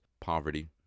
poverty